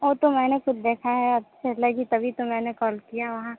वो तो मैंने ख़ुद देखा है अच्छा लगी तभी तो मैंने कॉल किया वहाँ